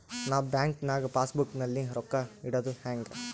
ನಾ ಬ್ಯಾಂಕ್ ನಾಗ passbook ನಲ್ಲಿ ರೊಕ್ಕ ಇಡುದು ಹ್ಯಾಂಗ್?